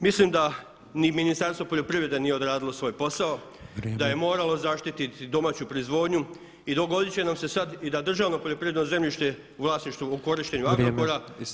Mislim da ni Ministarstvo poljoprivrede nije odradilo svoj posao, [[Upadica predsjednik: Vrijeme.]] da je moralo zaštititi domaću proizvodnju i dogodit će nam se sad i da državno poljoprivredno zemljište u vlasništvu u korištenju Agrokora